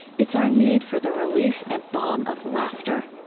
it's our need for the release and balm of laughter.